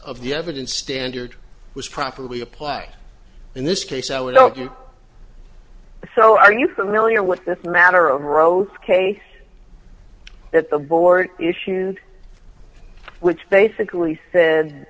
of the evidence standard was properly applied in this case i would help you so are you familiar with that matter on roe ok at the board issue which basically